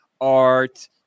art